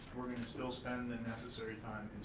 we're gonna still spend the necessary time in